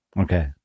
Okay